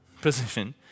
position